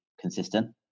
consistent